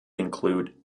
include